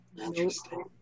Interesting